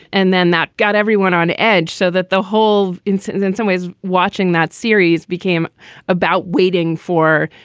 and then that got everyone on edge so that the whole incident in some ways watching that series became about waiting for,